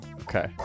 Okay